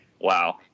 wow